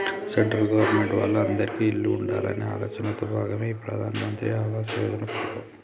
central government వాళ్ళు అందిరికీ ఇల్లు ఉండాలనే ఆలోచనలో భాగమే ఈ ప్రధాన్ మంత్రి ఆవాస్ యోజన పథకం